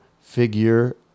Figure